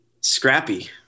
scrappy